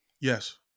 Yes